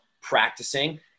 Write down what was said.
practicing